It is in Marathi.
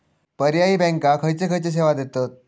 पर्यायी बँका खयचे खयचे सेवा देतत?